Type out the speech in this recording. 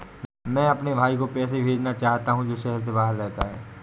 मैं अपने भाई को पैसे भेजना चाहता हूँ जो शहर से बाहर रहता है